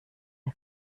der